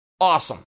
awesome